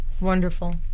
Wonderful